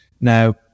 Now